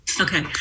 Okay